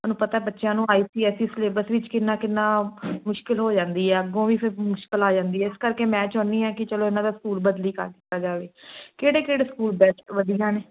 ਤੁਹਾਨੂੰ ਪਤਾ ਬੱਚਿਆਂ ਨੂੰ I C S E syllabus ਵਿੱਚ ਕਿੰਨਾਂ ਕਿੰਨਾਂ ਮੁਸ਼ਕਿਲ ਹੋ ਜਾਂਦੀ ਆ ਅੱਗੋਂ ਵੀ ਫਿਰ ਮੁਸ਼ਕਿਲ ਆ ਜਾਂਦੀ ਹੈ ਇਸ ਕਰਕੇ ਮੈਂ ਚਾਹੁੰਦੀ ਹਾਂ ਕਿ ਚਲੋ ਇਹਨਾਂ ਦਾ ਸਕੂਲ ਬਦਲੀ ਕਰ ਦਿੱਤਾ ਜਾਵੇ ਕਿਹੜੇ ਕਿਹੜੇ ਸਕੂਲ ਬੈੱਸਟ ਵਧੀਆ ਨੇ